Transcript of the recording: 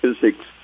physics